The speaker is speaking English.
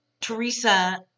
Teresa